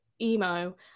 emo